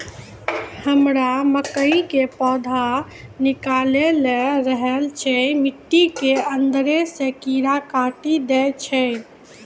हमरा मकई के पौधा निकैल रहल छै मिट्टी के अंदरे से कीड़ा काटी दै छै?